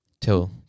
Till